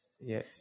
Yes